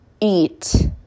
eat